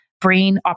brain